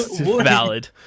Valid